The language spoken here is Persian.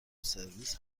سرویس